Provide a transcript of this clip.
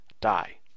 die